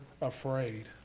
afraid